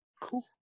cool